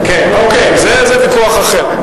זה ויכוח אחר.